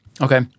Okay